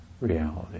reality